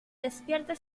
despierta